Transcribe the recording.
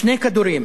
שני כדורים,